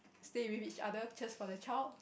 stay with each other just for the child